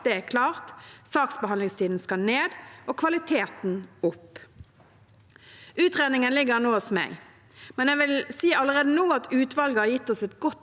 mål er klart: Saksbehandlingstiden skal ned og kvaliteten opp. Utredningen ligger nå hos meg, men jeg vil allerede nå si at utvalget har gitt oss et godt